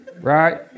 right